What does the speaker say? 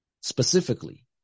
specifically